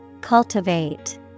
Cultivate